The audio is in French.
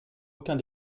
aucun